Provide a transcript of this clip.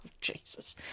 Jesus